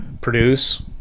produce